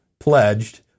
pledged